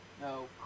No